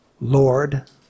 Lord